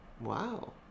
Wow